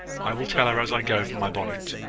i will tell her as i go for my bonnet.